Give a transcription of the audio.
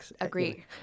Agree